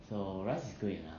so rice is good enough